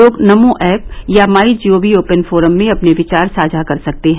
लोग नमों ऐप या My Gov open forum में अपने विचार साझा कर सकते हैं